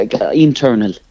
internal